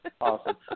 Awesome